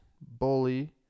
Bully